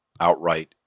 outright